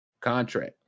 contract